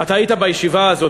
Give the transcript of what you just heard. אתה היית בישיבה הזאת,